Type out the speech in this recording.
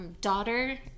Daughter